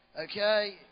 okay